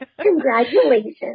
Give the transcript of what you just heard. Congratulations